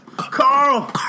Carl